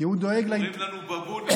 כי הוא דואג, קוראים לנו בבונים.